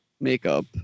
makeup